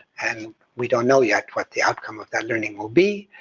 and we don't know yet what the outcome of that learning will be,